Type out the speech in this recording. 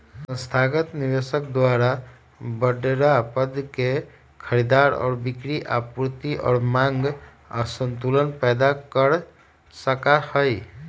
संस्थागत निवेशक द्वारा बडड़ा पद के खरीद और बिक्री आपूर्ति और मांग असंतुलन पैदा कर सका हई